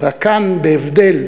רק כאן בהבדל: